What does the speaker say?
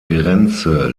grenze